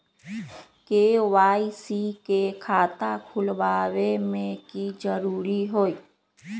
KYC के खाता खुलवा में की जरूरी होई?